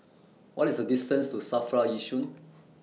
What IS The distance to SAFRA Yishun